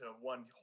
one